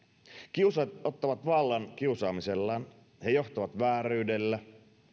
kiusaajat ottavat vallan kiusaamisellaan he johtavat vääryydellä